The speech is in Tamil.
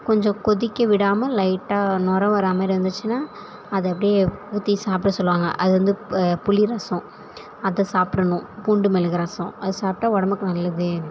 கொஞ்சம் கொதிக்க விடாமல் லைட்டாக நொரை வர மாதிரி வந்துச்சுன்னா அதை அப்படியே ஊற்றி சாப்பிட சொல்வாங்க அது வந்து புளி ரசம் அதை சாப்பிடணும் பூண்டு மிளகு ரசம் அது சாப்பிட்டா உடம்புக்கு நல்லது